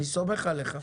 אני סומך עליך.